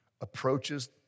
approaches